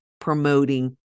promoting